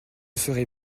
serait